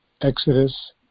Exodus